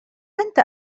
أنت